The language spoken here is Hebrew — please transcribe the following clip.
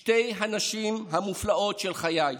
שתי הנשים המופלאות של חיי,